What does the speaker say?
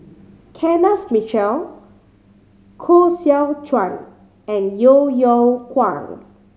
Kenneth Mitchell Koh Seow Chuan and Yeo Yeow Kwang